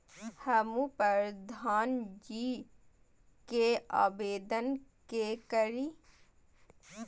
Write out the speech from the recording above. हमू प्रधान जी के आवेदन के करी?